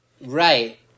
Right